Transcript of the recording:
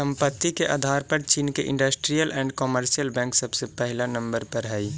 संपत्ति के आधार पर चीन के इन्डस्ट्रीअल एण्ड कमर्शियल बैंक सबसे पहिला नंबर पर हई